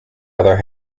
other